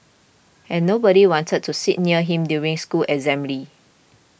and nobody wanted to sit near him during school assembly